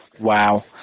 Wow